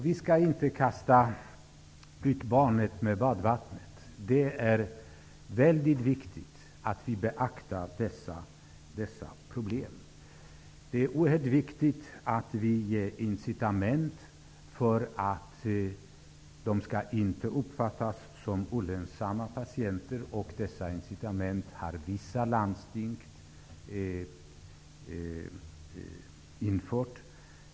Vi skall inte kasta ut barnet med badvattnet. Det är viktigt att vi beaktar dessa problem. Det är också oerhört vikigt att vi ger incitament för att dessa patienter inte skall betraktas som olönsamma. Vissa landsting har redan infört sådana incitament.